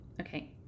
Okay